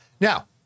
Now